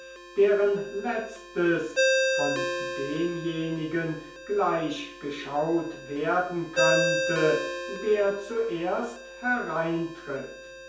deren letztes von demjenigen gleich geschaut werden könnte der zuerst hereintritt